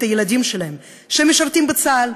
את הילדים שלהם שמשרתים בצה"ל,